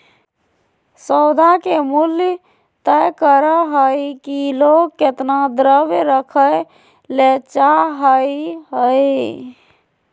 सौदा के मूल्य तय करय हइ कि लोग केतना द्रव्य रखय ले चाहइ हइ